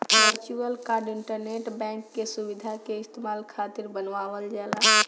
virtual card internet bank के सुविधा के इस्तेमाल खातिर बनावल जाला